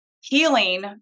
healing